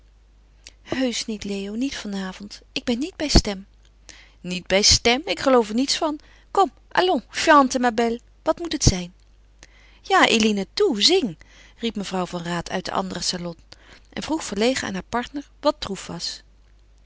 niet léo niet vanavond ik ben niet bij stem niet bij stem ik geloof er niets van kom allons chante ma belle wat moet het zijn ja eline toe zing riep mevrouw van raat uit den anderen salon en vroeg verlegen aan haar partner wat troef was